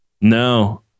No